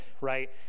right